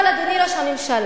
אבל, אדוני ראש הממשלה,